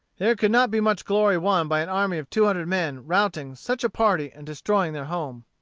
there could not be much glory won by an army of two hundred men routing such a party and destroying their home.